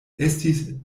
estis